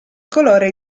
colore